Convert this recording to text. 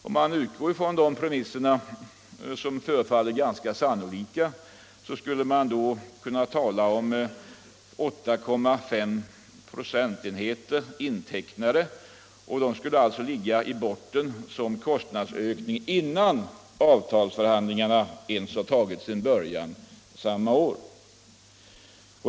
Om man utgår från de premisserna, som förefaller ganska sannolika, skulle alltså 8,5 procentenheter vara intecknade och ligga i botten som kostnadsökning innan avtalsförhandlingarna ens tagit sin början för samma år.